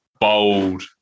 bold